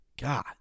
God